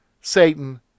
Satan